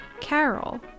Carol